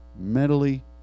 Mentally